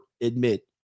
admit